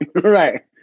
Right